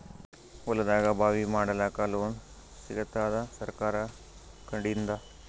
ಹೊಲದಾಗಬಾವಿ ಮಾಡಲಾಕ ಲೋನ್ ಸಿಗತ್ತಾದ ಸರ್ಕಾರಕಡಿಂದ?